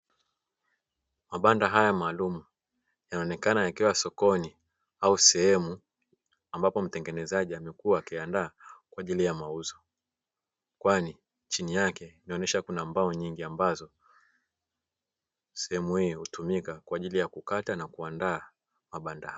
Mabanda haya maalumu yanaonekana yakiwa sokoni au sehemu ambapo mtengenezaji amekua akiyaandaa kwa ajili ya mauzo, kwani chini yake kunaonyesha kuna mbao nyingi ambazo sehemu hii hutumika kwa ajili ya kukata na kuandaa mabanda haya.